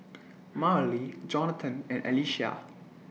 Marlie Jonatan and Alicia